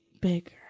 bigger